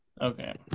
okay